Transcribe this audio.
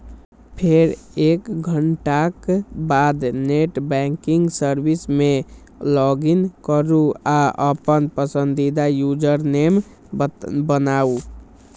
फेर एक घंटाक बाद नेट बैंकिंग सर्विस मे लॉगइन करू आ अपन पसंदीदा यूजरनेम बनाउ